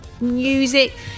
music